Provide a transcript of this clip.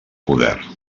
poder